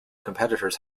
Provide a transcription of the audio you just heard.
competitors